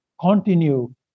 continue